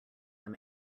them